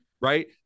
Right